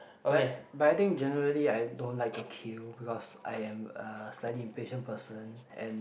but but I think generally I don't like to queue because I am a slightly impatient person and